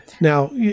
Now